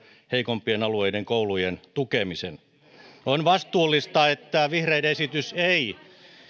heikompien alueiden koulujen tukemisen kolmeenkymmeneen miljoonaan euroon on vastuullista että vihreiden esitys ei